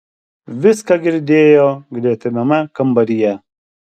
viską girdėjo gretimame kambaryje